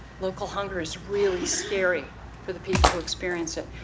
local hunger is really scary for the people who experience it.